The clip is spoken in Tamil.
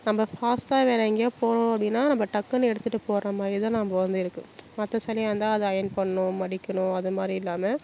நம்ப ஃபாஸ்ட்டாக வேறு எங்கேயாவது போகறோம் அப்படின்னா நம்ம டக்குன்னு எடுத்துகிட்டு போகறமாரிதான் நம்ப வந்து இருக்கு மற்ற சேலையாக இருந்தால் அதை அயர்ன் பண்ணும் மடிக்கணும் அதுமாதிரி இல்லாமல்